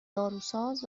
داروساز